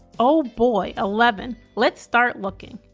oh boy eleven, let's start looking.